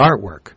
artwork